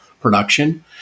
production